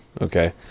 Okay